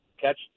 catch